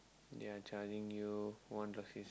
they are charging you one